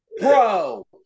Bro